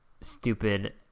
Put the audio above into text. stupid